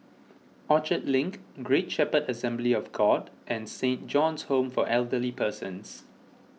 Orchard Link Great Shepherd Assembly of God and Saint John's Home for Elderly Persons